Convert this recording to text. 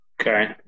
Okay